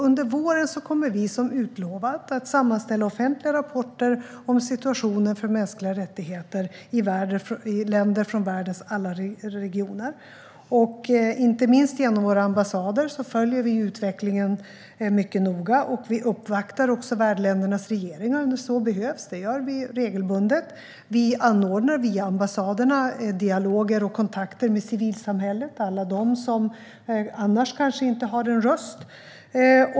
Under våren kommer vi, som utlovat, att sammanställa offentliga rapporter om situationen för mänskliga rättigheter i länder från världens alla regioner. Inte minst genom våra ambassader följer vi utvecklingen mycket noga. Vi uppvaktar också värdländernas regeringar när så behövs - det gör vi regelbundet. Vi anordnar via ambassaderna dialoger och kontakter med civilsamhället, alla dem som annars kanske inte har en röst.